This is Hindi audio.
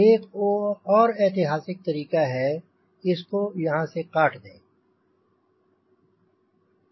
एक और ऐतिहासिक तरीका है इसको यहांँ से काट दें